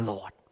Lord